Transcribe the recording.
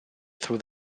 through